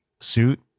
suit